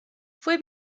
fue